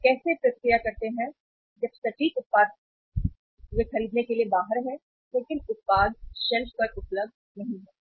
वे कैसे प्रतिक्रिया करते हैं जब सटीक उत्पाद वे खरीदने के लिए बाहर हैं लेकिन उत्पाद शेल्फ पर उपलब्ध नहीं है